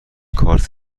کارت